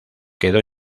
quedó